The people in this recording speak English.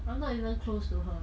but I'm not even close to her